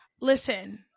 Listen